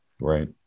Right